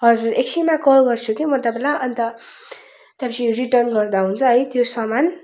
हजुर एकछिनमा कल गर्छु कि म तपाईँलाई अन्त त्यहाँ पछि रिटर्न गर्दा हुन्छ है त्यो सामान